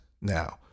Now